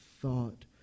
thought